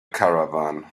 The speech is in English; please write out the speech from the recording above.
caravan